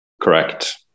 correct